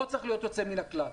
פה צריך להיות יוצא מן הכלל.